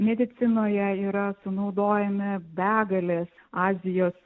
medicinoje yra sunaudojame begalės azijos